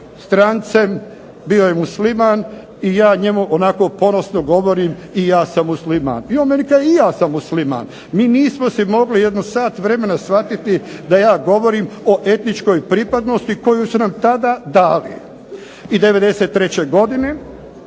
strancem, bio je musliman, i ja njemu onako ponosno govorim i ja sam musliman. I on meni kaže i ja sam musliman. Mi nismo si mogli jedno sat vremena shvatiti da ja govorim o etničkoj pripadnosti koju su nam tada dali. I '93. godine